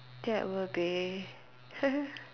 that will be